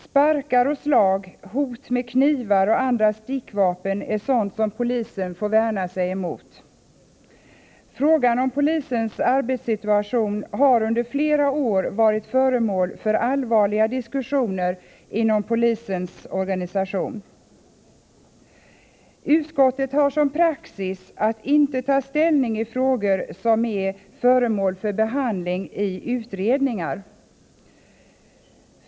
Sparkar och slag, hot med knivar och andra stickvapen är sådant som polisen får värna sig emot. Frågan om polisens arbetssituation har också under flera år varit föremål för allvarliga diskussioner inom polisorganisationen. Utskottet har som praxis att inte ta ställning i frågor som är föremål för behandling i utredningar.